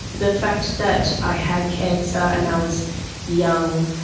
the fact that i had cancer and i was young,